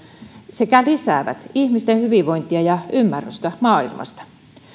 sekä lisäävät ihmisten hyvinvointia ja ymmärrystä maailmasta